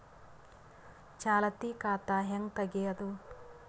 ಚಾಲತಿ ಖಾತಾ ಹೆಂಗ್ ತಗೆಯದು?